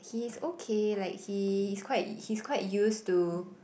he's okay like he's quite he's quite used to